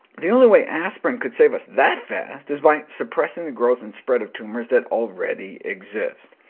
the only way aspirin could save us that fast is by suppressing the growth and spread of tumors that already exist.